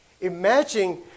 Imagine